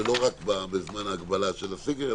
ולא רק בזמן ההגבלה של הסגר,